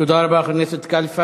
תודה רבה, חבר הכנסת קלפה.